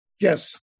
Yes